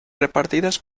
repartidas